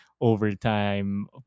overtime